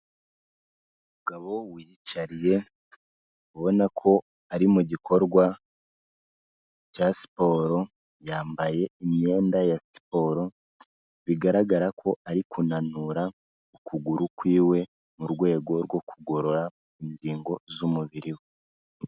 Umugabo wiyicariye ubona ko ari mu gikorwa cya siporo yambaye imyenda ya siporo, bigaragara ko ari kunanura ukuguru kwiwe mu rwego rwo kugorora ingingo z'umubiri we.